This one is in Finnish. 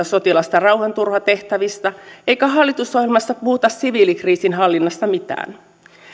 sotilasta rauhanturvatehtävissä eikä hallitusohjelmassa puhuta siviilikriisinhallinnasta mitään